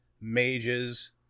Mages